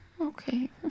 Okay